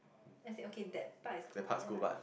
as it okay that part is cool but then like